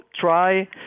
try